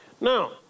Now